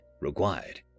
required